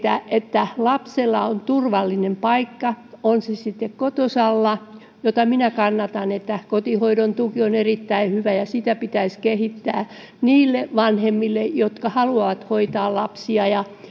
on tärkeätä että lapsella on turvallinen paikka on se sitten kotosalla mitä minä kannatan kotihoidon tuki on erittäin hyvä ja sitä pitäisi kehittää niille vanhemmille jotka haluavat hoitaa lapsia tai on paikka